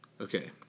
Okay